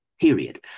period